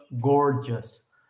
gorgeous